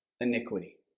iniquity